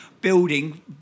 building